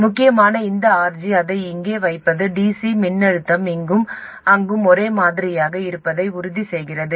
முக்கியமாக இந்த RG அதை இங்கே வைப்பது dc மின்னழுத்தம் இங்கும் அங்கும் ஒரே மாதிரியாக இருப்பதை உறுதி செய்கிறது